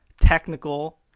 technical